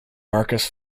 marcus